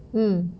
mm